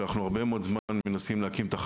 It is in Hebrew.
שאנחנו הרבה מאוד זמן מנסים להקים תחנה